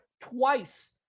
twice